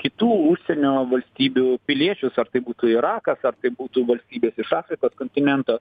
kitų užsienio valstybių piliečius ar tai būtų irakas ar tai būtų valstybės iš afrikos kontinento